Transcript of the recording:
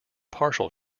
partial